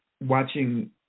watching